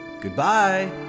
Goodbye